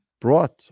brought